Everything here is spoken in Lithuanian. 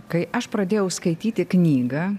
kai aš pradėjau skaityti knygą